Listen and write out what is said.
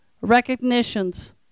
Recognitions